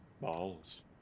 balls